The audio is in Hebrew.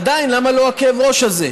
עדיין למה לו הכאב ראש הזה?